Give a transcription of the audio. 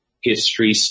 history